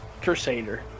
crusader